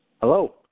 Hello